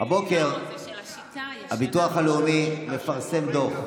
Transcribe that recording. הבוקר הביטוח הלאומי מפרסם דוח,